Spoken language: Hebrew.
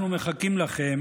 אנחנו מחכים לכם.